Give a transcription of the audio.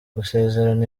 gusezerana